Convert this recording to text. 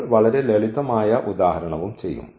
നമ്മൾ വളരെ ലളിതമായ ഉദാഹരണവും ചെയ്യും